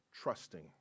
Trusting